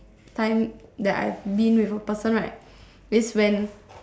time that I've been with a person right is when